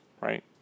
right